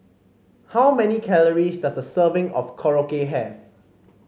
how many calories does a serving of Korokke have